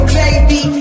baby